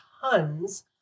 tons